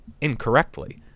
incorrectly